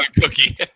cookie